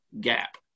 gap